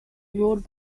ruled